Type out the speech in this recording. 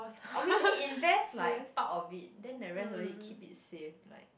or maybe invest like part of it then the rest of it keep it safe like